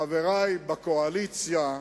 חברי בקואליציה,